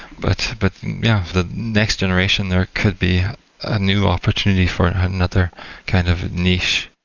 but but yeah, the next generation, there could be a new opportunity for another kind of niche,